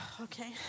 Okay